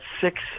six